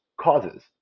causes